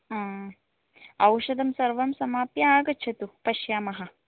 औषधं सर्वं समाप्य आगच्छतु पश्यामः